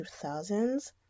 2000s